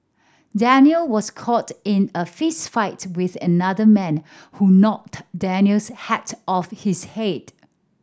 Daniel was caught in a fistfight with another man who knocked Daniel's hat off his head